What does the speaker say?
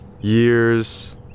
years